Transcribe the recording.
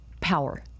power